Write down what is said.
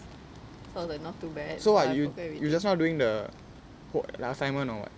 so I was like not too bad I can cope up with it